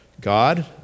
God